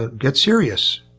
ah get serious!